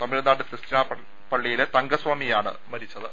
തമിഴ്നാട് തൃശ്നാപള്ളിയിലെ തങ്കസ്വാമിയാണ് മരിച്ചത്